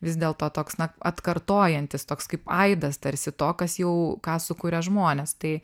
vis dėlto toks na atkartojantis toks kaip aidas tarsi to kas jau ką sukūrė žmonės tai